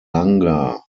langer